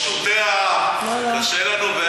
אנחנו פשוטי העם, וקשה לנו.